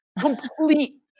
Complete